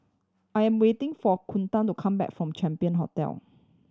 I'm waiting for Kunta to come back from Champion Hotel